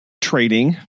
trading